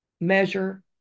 measure